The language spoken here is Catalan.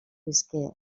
visqué